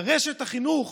ברשת החינוך